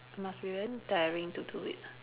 must be very daring to do it